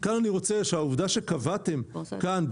כאן אני רוצה שהעובדה שקבעתם כאן,